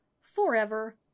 forever